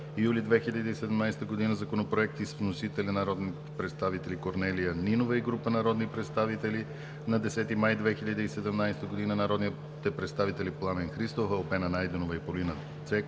юли 2017 г. законопроекти с вносители народните представители Корнелия Нинова и група народни представители на 10 май 2017 г.; народните представители Пламен Христов, Албена Найденова и Полина